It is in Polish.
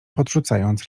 podrzucając